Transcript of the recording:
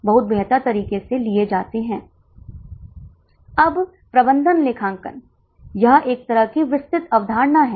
तो 80 छात्रों के लिए कुल लागत 35152 है क्या आप समझ रहे हैं